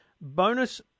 bonus